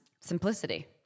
simplicity